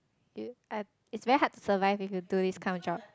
you uh it's very hard to survive if you do this kind of job